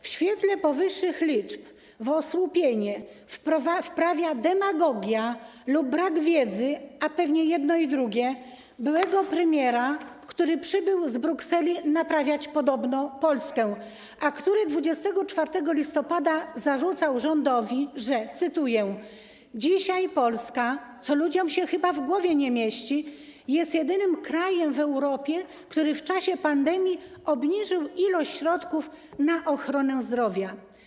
W świetle powyższych liczb w osłupienie wprawia demagogia lub brak wiedzy - a pewnie jedno i drugie - byłego premiera, który przybył z Brukseli, podobno naprawiać Polskę, a który 24 listopada zarzucał rządowi, że, cytuję: dzisiaj Polska - co ludziom się chyba w głowie nie mieści - jest jedynym krajem w Europie, który w czasie pandemii obniżył ilość środków na ochronę zdrowia.